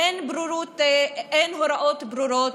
אין הוראות ברורות,